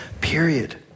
period